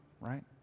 right